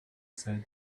said